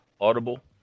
Audible